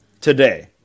today